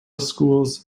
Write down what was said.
schools